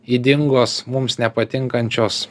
ydingos mums nepatinkančios